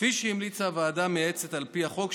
כפי שהמליצה הוועדה המייעצת על פי החוק,